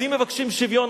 אז אם מבקשים שוויון,